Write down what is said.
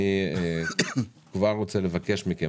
אני כבר מבקש מכם,